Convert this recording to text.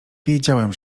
wiedziałem